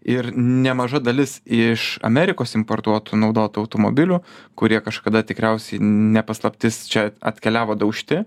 ir nemaža dalis iš amerikos importuotų naudotų automobilių kurie kažkada tikriausiai ne paslaptis čia atkeliavo daužti